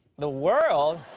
the world?